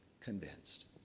convinced